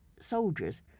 soldiers